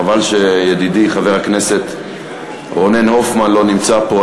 חבל שידידי חבר הכנסת רונן הופמן לא נמצא פה.